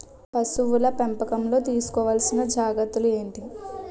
పశువుల పెంపకంలో తీసుకోవల్సిన జాగ్రత్తలు ఏంటి?